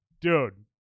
dude